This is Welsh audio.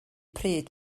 pryd